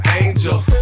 angel